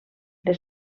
les